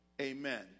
amen